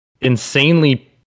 insanely